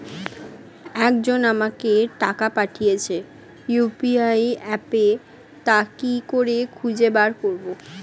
একজন আমাকে টাকা পাঠিয়েছে ইউ.পি.আই অ্যাপে তা কি করে খুঁজে বার করব?